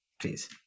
please